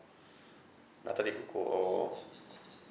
nata de coco or